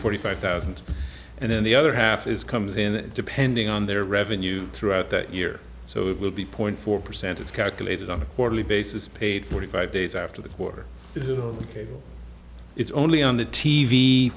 forty five thousand and the other half is comes in depending on their revenue throughout that year so it will be point four percent is calculated on a quarterly basis paid forty five days after the quarter this is it's only on the t